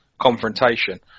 confrontation